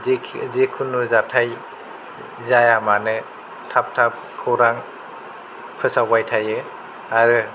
जिखुनु जाथाइ जाया मानो थाब थाब खौरां फोसावबाय थायो आरो